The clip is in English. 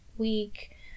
week